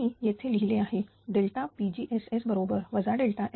मी येथे लिहिले आहे pgss बरोबर FSSR